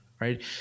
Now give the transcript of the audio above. right